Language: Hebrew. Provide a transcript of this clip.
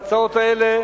וההצעות האלה